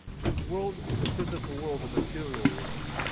this world is a physical world, a material world.